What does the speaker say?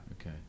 Okay